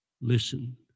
listen